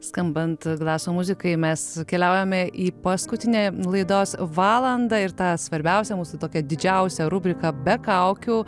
skambant graso muzikai mes keliaujame į paskutinę laidos valandą ir tą svarbiausią mūsų tokią didžiausią rubriką be kaukių